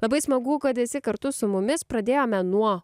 labai smagu kad esi kartu su mumis pradėjome nuo